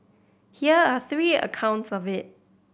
here are three accounts of it